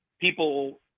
people –